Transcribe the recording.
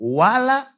wala